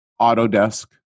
Autodesk